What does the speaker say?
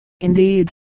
indeed